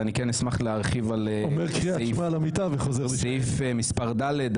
ואני אשמח להרחיב על סעיף ד'.